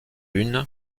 une